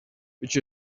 which